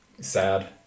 sad